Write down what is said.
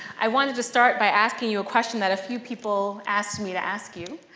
i wanted to start by asking you a question that a few people asked me to ask you,